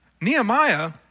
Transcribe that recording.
Nehemiah